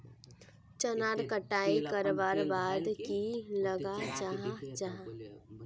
चनार कटाई करवार बाद की लगा जाहा जाहा?